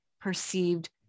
perceived